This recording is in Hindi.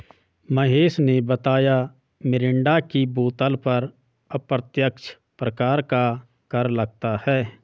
महेश ने बताया मिरिंडा की बोतल पर अप्रत्यक्ष प्रकार का कर लगता है